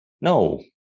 no